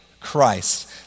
Christ